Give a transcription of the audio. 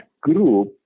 group